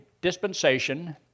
dispensation